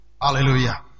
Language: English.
Hallelujah